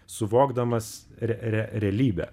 suvokdamas re re realybę